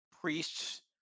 priests